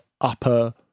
upper